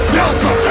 Delta